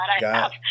God